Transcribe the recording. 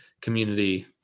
community